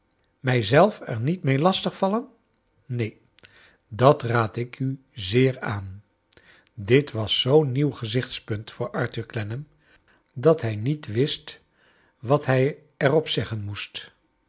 zelf er niet mee lastig vallen neen dat raad ik u zeer aan dit was zoo n nieuw gezichtspunt voor arthur clennam dat hij niet wist wat hij er op zeggen moest